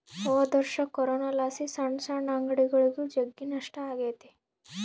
ಹೊದೊರ್ಷ ಕೊರೋನಲಾಸಿ ಸಣ್ ಸಣ್ ಅಂಗಡಿಗುಳಿಗೆ ಜಗ್ಗಿ ನಷ್ಟ ಆಗೆತೆ